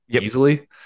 easily